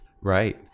right